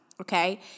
okay